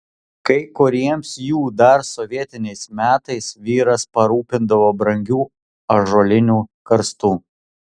kai kuriems jų dar sovietiniais metais vyras parūpindavo brangių ąžuolinių karstų